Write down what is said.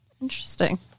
Interesting